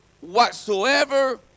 whatsoever